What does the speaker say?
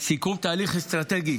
סיכום תהליך אסטרטגי,